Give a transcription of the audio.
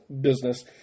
business